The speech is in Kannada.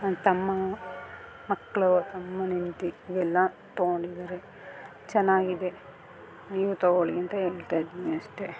ನನ್ನ ತಮ್ಮ ಮಕ್ಕಳು ತಮ್ಮನ್ಹೆಂಡ್ತಿ ಇವೆಲ್ಲ ತಗೊಂಡಿದ್ದಾರೆ ಚೆನ್ನಾಗಿದೆ ನೀವು ತಗೋಳಿ ಅಂತ ಹೇಳ್ತಾಯಿದೀನಿ ಅಷ್ಟೇ